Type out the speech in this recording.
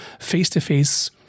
face-to-face